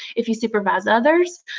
if you supervise others,